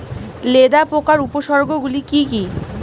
লেদা পোকার উপসর্গগুলি কি কি?